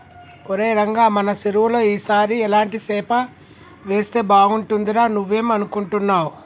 ఒరై రంగ మన సెరువులో ఈ సారి ఎలాంటి సేప వేస్తే బాగుంటుందిరా నువ్వేం అనుకుంటున్నావ్